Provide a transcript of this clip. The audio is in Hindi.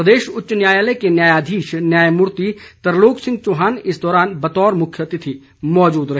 प्रदेश उच्च न्यायालय के न्यायाधीश न्यायमूर्ति तरलोक सिंह चौहान इस दौरान बतौर मुख्यातिथि मौजूद रहे